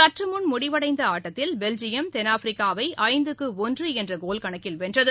சற்றுமுன் முடிவடைந்த ஆட்டத்தில் பெல்ஜியம் தென்னாப்பிரிக்காவை ஐந்துக்கு ஒன்று என்ற கோல்கணக்கில் வென்றது